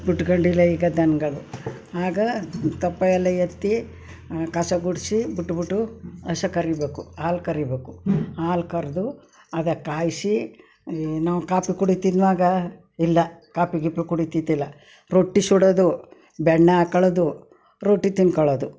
ಬಿಟ್ಕೊಂಡಿಲ್ಲ ಈಗ ದನಗಳು ಆಗ ತಪ್ಪು ಎಲ್ಲ ಎತ್ತಿ ಕಸ ಗುಡಿಸಿ ಬಿಟ್ಬಿಟ್ಟು ಹಸು ಕರಿಬೇಕು ಹಾಲು ಕರಿಬೇಕು ಹಾಲು ಕರೆದು ಅದು ಕಾಯಿಸಿ ಈ ನಾವು ಕಾಪಿ ಕುಡಿತಿದ್ವಾ ಆವಾಗ ಇಲ್ಲ ಕಾಪಿ ಗೀಪಿ ಕುಡಿತೈತಿಲ್ಲ ರೊಟ್ಟಿ ಸುಡೋದು ಬೆಣ್ಣೆ ಹಾಕೊಳ್ಳೋದು ರೊಟ್ಟಿ ತಿಂದ್ಕೊಳ್ಳೋದು